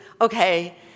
okay